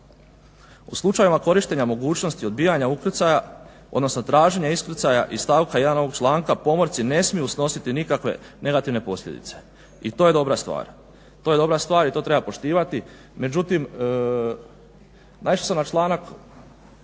U slučajevima korištenja mogućnosti odbijanja ukrcaja odnosno traženja iskrcaja iz stavka 1. ovoga članka pomorci ne smiju snositi nikakve negativne posljedice i to je dobra stvar. To je dobra stvar i to treba poštivati. Međutim, naišao sam na članak